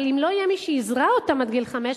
אבל אם לא יהיה מי שיזרע אותם עד גיל חמש,